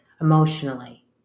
emotionally